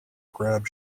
grab